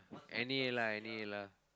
any lah any lah